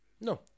No